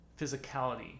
physicality